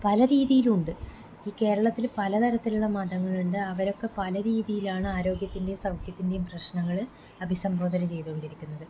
പല രീതിയിലും ഉണ്ട് ഈ കേരളത്തില് പല തരത്തിലുള്ള മതങ്ങളുണ്ട് അവരൊക്കെ പല രീതിയിലാണ് ആരോഗ്യത്തിൻറ്റെയും സൗഖ്യത്തിൻറ്റെയും പ്രശ്നങ്ങള് അഭിസംബോധന ചെയ്തുകൊണ്ടിരിക്കുന്നത്